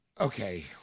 okay